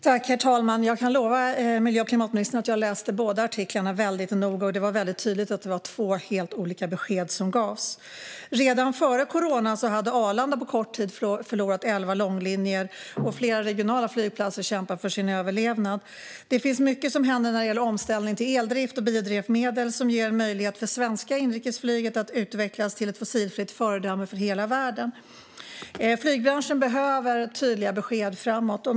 Herr talman! Jag kan lova miljö och klimatministern att jag läste båda artiklarna väldigt noga. Det var väldigt tydligt att det var två helt olika besked som gavs. Redan före corona hade Arlanda på kort tid förlorat elva långlinjer, och flera regionala flygplatser kämpade för sin överlevnad. Det händer mycket när det gäller omställning till eldrift och biodrivmedel som ger det svenska inrikesflyget möjlighet att utvecklas till ett fossilfritt föredöme för hela världen. Flygbranschen behöver tydliga besked framåt.